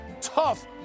tough